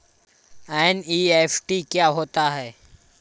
NEFT क्या होता है?